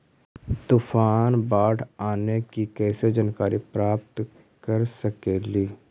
तूफान, बाढ़ आने की कैसे जानकारी प्राप्त कर सकेली?